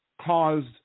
caused